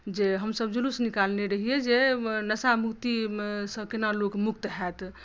जे हमसभ जुलूस निकालने रहियै जे नशामुक्तिसँ केना लोक मुक्त हएत